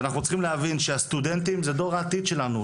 ואנחנו צריכים להבין שהסטודנטים זה דור העתיד שלנו.